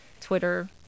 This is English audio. Twitter